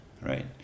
right